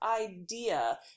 idea